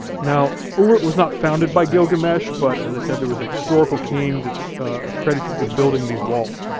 now, uruk was not founded by gilgamesh, but as i said, there was a historical king that's accredited with building these walls.